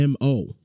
MO